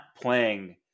playing